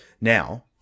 Now